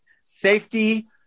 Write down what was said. safety